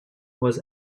was